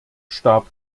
starb